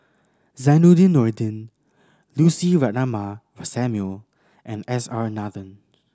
Zainudin Nordin Lucy Ratnammah Samuel and S R Nathan